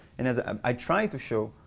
and as i tried to show,